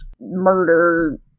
murder